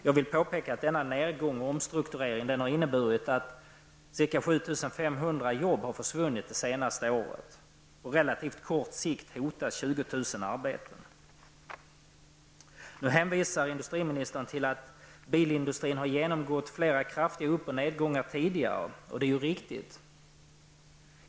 Jag vill påpeka att denna nedgång och omstrukturering har inneburit att ca 7 500 jobb har försvunnit det senaste året. På relativt kort sikt hotas 20 000 Industriministern hänvisar till att bilindustrin tidigare har genomgått flera kraftiga upp och nedgångar, och det är riktigt.